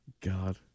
God